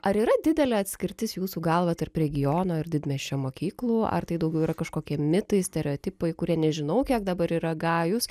ar yra didelė atskirtis jūsų galva tarp regionų ir didmiesčio mokyklų ar tai daugiau yra kažkokie mitai stereotipai kurie nežinau kiek dabar yra gajus